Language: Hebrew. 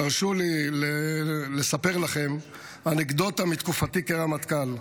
תרשו לי לספר לכם אנקדוטה מתקופתי כרמטכ"ל: